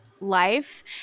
Life